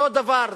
אותו דבר.